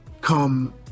come